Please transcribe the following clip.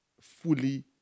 fully